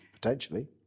potentially